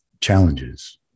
challenges